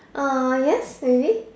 uh yes really